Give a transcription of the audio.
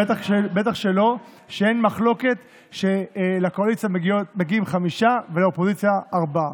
בטח לא כשאין מחלוקת שלקואליציה מגיעים חמישה ולאופוזיציה ארבעה.